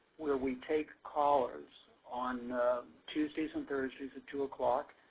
where we take callers on tuesdays and thursdays at two ah